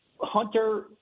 Hunter